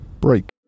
Break